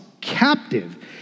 captive